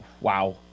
wow